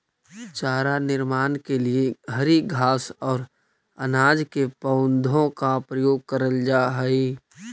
चारा निर्माण के लिए हरी घास और अनाज के पौधों का प्रयोग करल जा हई